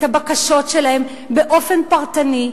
את הבקשות שלהם באופן פרטני.